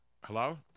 Hello